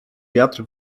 wiatr